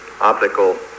optical